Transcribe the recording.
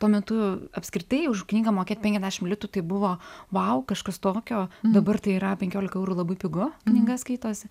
tuo metu apskritai už knygą mokėt penkiasdešimt litų tai buvo vau kažkas tokio dabar tai yra penkiolika eurų labai pigu knyga skaitosi